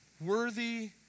worthy